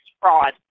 fraud